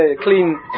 clean